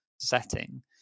setting